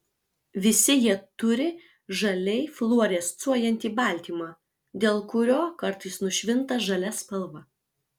visi jie turi žaliai fluorescuojantį baltymą dėl kurio kartais nušvinta žalia spalva